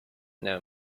know